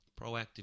proactive